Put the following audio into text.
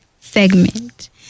segment